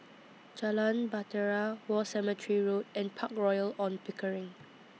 Jalan Bahtera War Cemetery Road and Park Royal on Pickering